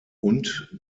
und